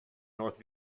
north